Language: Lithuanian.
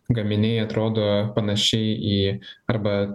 gaminiai atrodo panaši į arba